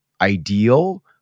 ideal